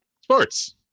Sports